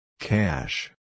Cash